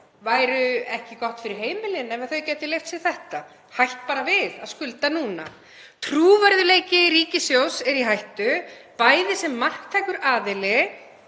Væri ekki gott fyrir heimilin ef þau gætu leyft sér þetta, hætt bara við að skulda núna? Trúverðugleiki ríkissjóðs er í hættu, bæði sem marktækur aðili